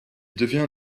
devient